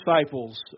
disciples